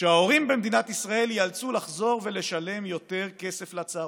שההורים במדינת ישראל ייאלצו לחזור ולשלם יותר כסף לצהרונים.